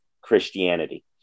Christianity